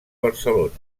barcelona